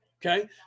Okay